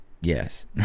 Yes